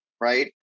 right